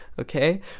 Okay